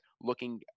looking